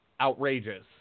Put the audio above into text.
outrageous